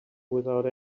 without